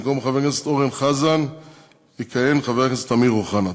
במקום חבר הכנסת אורן אסף חזן יכהן חבר הכנסת אמיר אוחנה.